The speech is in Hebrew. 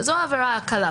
זו העבירה הקלה.